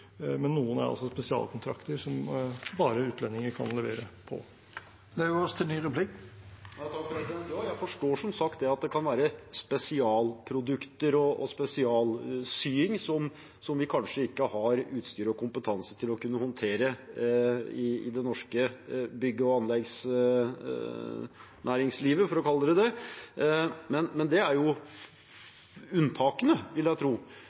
noen er også spesialkontrakter som bare utlendinger kan levere på. Jeg forstår som sagt at det kan være spesialprodukter og spesialsying som vi kanskje ikke har utstyr og kompetanse til å kunne håndtere i det norske bygg- og anleggsnæringslivet – for å kalle det det. Men det er jo unntakene, vil jeg tro.